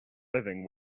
living